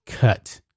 cut